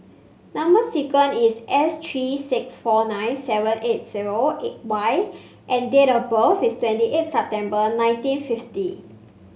number sequence is S three six four nine seven eight zero O Y and date of birth is twenty eight September nineteen fifty